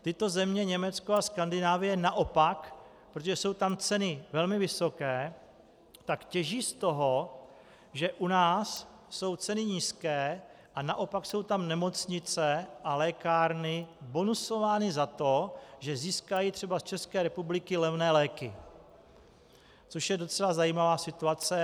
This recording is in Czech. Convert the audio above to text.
Tyto země, Německo a Skandinávie, naopak, protože jsou tam ceny velmi vysoké, tak těží z toho, že u nás jsou ceny nízké, a naopak jsou tam nemocnice a lékárny bonusovány za to, že získají třeba z České republiky levné léky, což je docela zajímavá situace.